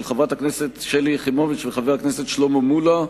של חברת הכנסת שלי יחימוביץ וחבר הכנסת שלמה מולה,